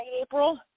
April